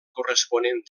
corresponent